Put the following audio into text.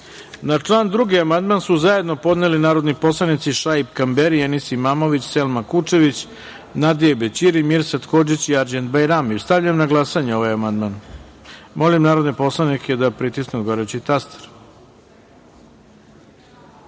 član 2. amandman su zajedno podneli narodni poslanici Šaip Kamberi, Enis Imamović, Selma Kučević, Nadije Bećiri, Mirsad Hodžić i Arđend Bajrami. Stavljam na glasanje ovaj amandman. Molim narodne poslanike da pritisnu odgovarajući